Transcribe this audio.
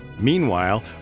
Meanwhile